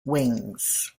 wings